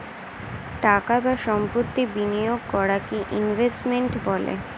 টাকা বা সম্পত্তি বিনিয়োগ করাকে ইনভেস্টমেন্ট বলে